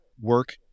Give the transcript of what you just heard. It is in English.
Work